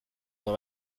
dans